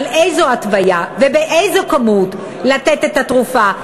על איזו התוויה ובאיזו כמות לתת את התרופה,